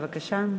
בבקשה.